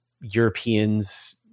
Europeans